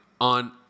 on